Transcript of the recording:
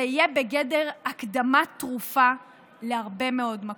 זה יהיה בגדר הקדמת תרופה להרבה מאוד מכות: